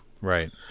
Right